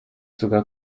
sogar